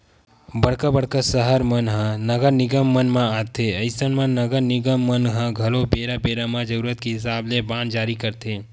बड़का बड़का सहर मन ह नगर निगम मन म आथे अइसन म नगर निगम मन ह घलो बेरा बेरा म जरुरत के हिसाब ले बांड जारी करथे